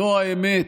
זו האמת,